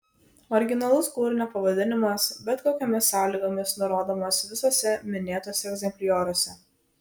originalus kūrinio pavadinimas bet kokiomis sąlygomis nurodomas visuose minėtuose egzemplioriuose